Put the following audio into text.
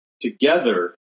Together